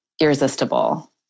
irresistible